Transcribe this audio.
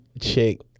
chick